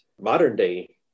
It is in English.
modern-day